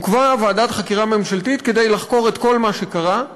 הוקמה ועדת חקירה ממשלתית כדי לחקור את כל מה שהיה,